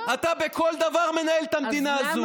אתה בכל דבר מנהל את המדינה הזו.